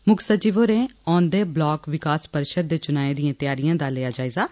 मुक्ख सचिव होरें औंदे ब्लाक विकास परिषद दे चुनाएं दिएं तैआरिएं दा लेआ जायजा